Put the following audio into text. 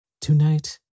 Tonight